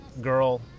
girl